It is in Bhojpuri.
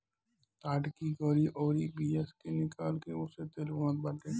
ताड़ की गरी अउरी बिया के निकाल के ओसे तेल बनत बाटे